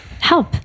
help